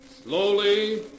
Slowly